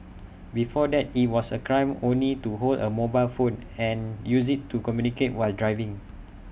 before that IT was A crime only to hold A mobile phone and use IT to communicate while driving